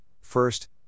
first